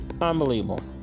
unbelievable